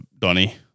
Donny